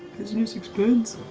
business expense.